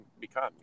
become